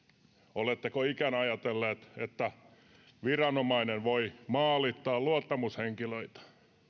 oletteko ikänä ajatelleet että viranomainen voi maalittaa luottamushenkilöitä